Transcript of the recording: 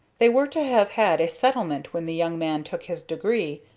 they were to have had a settlement when the young man took his degree,